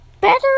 Better